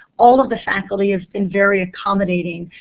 all of the faculty have been very accommodating.